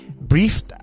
briefed